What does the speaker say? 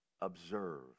observe